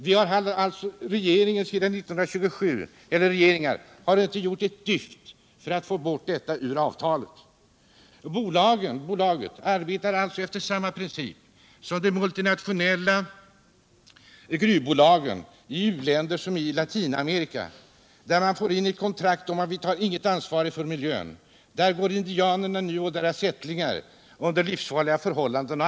De regeringar vi haft sedan 1927 har inte gjort ett dyft för att få bort detta ur avtalet. Bolaget arbetar alltså efter samma princip som de multinationella gruvbolagen i u-länder som de latinamerikanska, där man i kontrakten får in att man inte tar något ansvar för miljön. Där går nu indianerna och deras ättlingar och arbetar under livsfarliga förhållanden.